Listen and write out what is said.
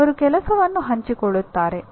ಅವರು ಕೆಲಸವನ್ನು ಹಂಚಿಕೊಳ್ಳುತ್ತಾರೆ